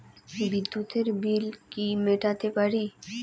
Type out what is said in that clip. বিদ্যুতের বিল কি মেটাতে পারি?